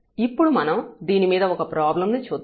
ఇప్పుడు మనం దీని మీద ఒక ప్రాబ్లం ను చూద్దాం